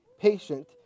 patient